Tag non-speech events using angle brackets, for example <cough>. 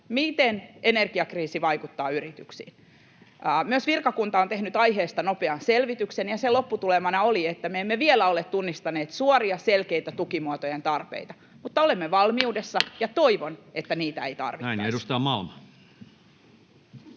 miten energiakriisi vaikuttaa yrityksiin. Myös virkakunta on tehnyt aiheesta nopean selvityksen, ja sen lopputulemana oli, että me emme vielä ole tunnistaneet suoria selkeitä tukimuotojen tarpeita. <noise> Mutta olemme valmiudessa ja toivon, että niitä ei tarvittaisi. Näin. — Ja edustaja Malm.